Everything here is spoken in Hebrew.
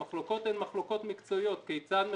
המחלוקות הן מחלוקות מקצועיות: כיצד מחשבים,